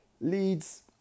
Leeds